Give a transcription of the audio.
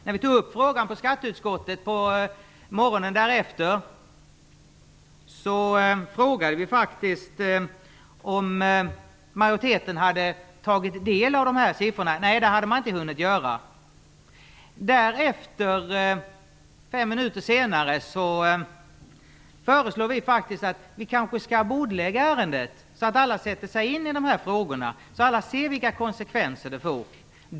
När vi tog upp frågan i skatteutskottet morgonen därefter frågade vi faktiskt om majoriteten hade tagit del av siffrorna, vilket man inte hade hunnit att göra. Fem minuter senare föreslog vi att ärendet skulle bordläggas så att alla kunde sätta sig in i frågorna och se vilka konsekvenserna blir.